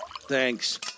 Thanks